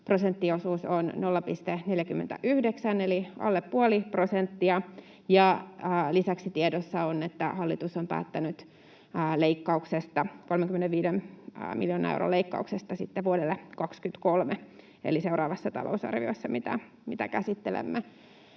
prosenttiosuus on 0,49 eli alle puoli prosenttia, ja lisäksi tiedossa on, että hallitus on päättänyt 35 miljoonan euron leikkauksesta sitten vuodelle 23 eli seuraavassa talousarviossa, mitä käsittelemme.